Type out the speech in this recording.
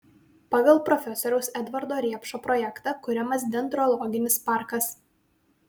pagal profesoriaus edvardo riepšo projektą kuriamas dendrologinis parkas